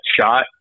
shot